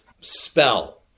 spell